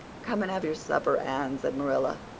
come and have your supper, anne, said marilla,